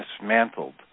dismantled